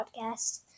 podcast